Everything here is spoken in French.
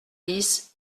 dix